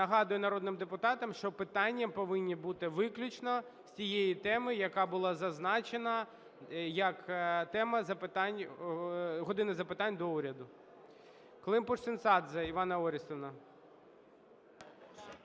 Нагадую народним депутатам, що питання повинні бути виключно з тієї теми, яка була зазначена як тема "години запитань до Уряду". Климпуш-Цинцадзе Іванна Орестівна.